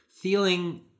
feeling